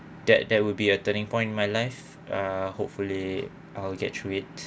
that that would be a turning point in my life uh hopefully I'll get through it